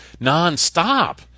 nonstop